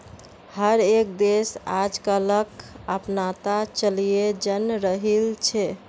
हर एक देश आजकलक अपनाता चलयें जन्य रहिल छे